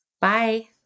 Bye